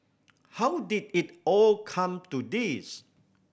how did it all come to this